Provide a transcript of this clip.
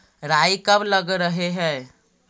राई कब लग रहे है?